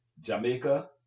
jamaica